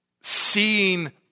seeing